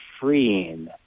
freeing